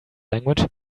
language